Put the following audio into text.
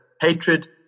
hatred